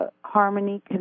harmony